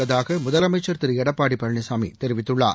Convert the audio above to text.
உள்ளதாக முதலமைச்சர் திரு எடப்பாடி பழனிசாமி தெரிவித்துள்ளார்